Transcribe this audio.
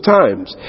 times